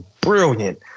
brilliant